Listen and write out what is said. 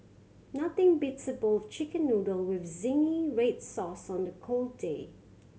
nothing beats a bowl of Chicken Noodle with zingy red sauce on a cold day